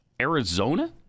Arizona